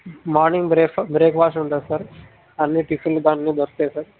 morning breakfast breakfast ఉంటుంది sir అన్ని టిఫిన్లు దానిలో దొరుకుతాయి సార్